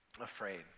afraid